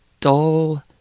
dull